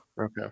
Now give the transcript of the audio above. Okay